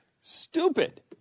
Stupid